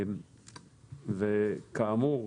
כאמור,